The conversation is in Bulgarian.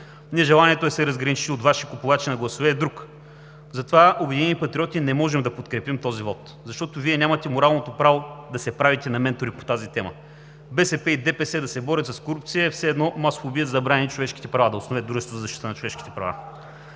Нежеланието Ви да се разграничите от Ваши купувачи на гласове е друг. Затова „Обединени патриоти“ не можем да подкрепим този вот, защото Вие нямате моралното право да се правите на ментори по тази тема. БСП и ДПС да се борят с корупция е все едно масов убиец да брани човешките права, да основе дружество за защита на човешките права.